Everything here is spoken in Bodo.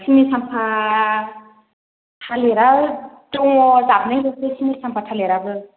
सिनिसाम्पा थालिरा दङ जाबनैल'सै सिनसाम्पा थालिराबो